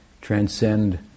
transcend